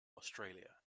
australia